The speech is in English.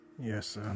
Yes